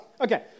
okay